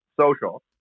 social